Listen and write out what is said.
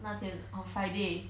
那天 on friday